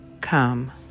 come